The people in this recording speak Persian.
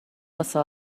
واسه